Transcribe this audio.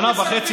שנה וחצי,